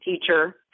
teacher